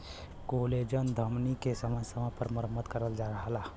collagen धमनी के समय समय पर मरम्मत करत रहला